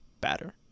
batter